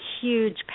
huge